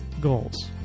goals